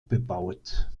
bebaut